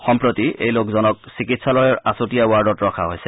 সম্প্ৰতি এই লোকজনক চিকিৎসালয়ৰ আছুতীয়া ৱাৰ্ডত ৰখা হৈছে